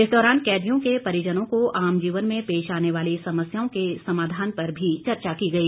इस दौरान कैदियों के परिजनों को आम जीवन में पेश आने वाली समस्याओं के समाधान पर भी चर्चा की गई